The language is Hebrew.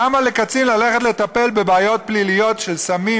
למה לקצין ללכת לטפל בבעיות פליליות של סמים